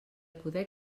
poder